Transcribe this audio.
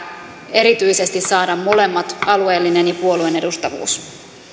erityisesti saada molemmat alueellinen ja puo lueen edustavuus